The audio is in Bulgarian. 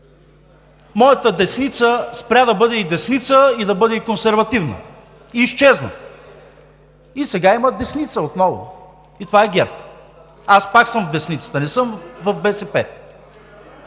Моята десница спря да бъде и десница, и да бъде и консервативна! Изчезна! И сега има десница. Отново. И това е ГЕРБ. Аз пак съм в десницата, не съм в БСП.